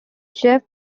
chef